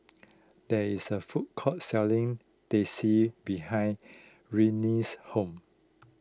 there is a food court selling Teh C behind Rennie's home